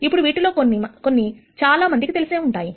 ఇప్పుడు వీటిలో కొన్ని చాలామందికి తెలిసే ఉంటాయి